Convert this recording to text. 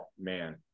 man